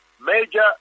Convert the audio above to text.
major